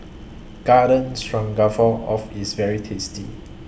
Garden Stroganoff IS very tasty